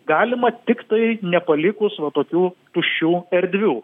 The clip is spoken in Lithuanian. galima tiktai nepalikus va tokių tuščių erdvių